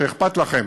שאכפת לכם